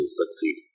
succeed